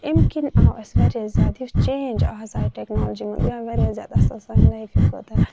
أمہِ کِنۍ آو اَسہِ واریاہ زیادٕ یُس چینج آز آیہِ ٹیٚکنالجی منٛز یہِ آو واریاہ زیادٕ اَصٕل سانہِ لایفہِ خٲطرٕ